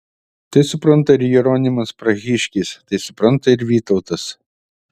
tai supranta ir jeronimas prahiškis tai supranta ir vytautas